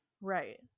Right